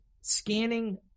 scanning